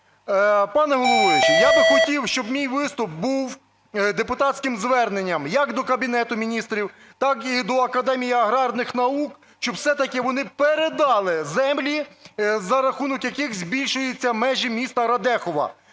Пане головуючий, я би хотів, щоб мій виступ був депутатським зверненням як до Кабінету Міністрів, так і до Академії аграрних наук, щоб все-таки вони передали землі, за рахунок яких збільшуються межі міста Радехова.